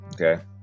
Okay